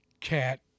cat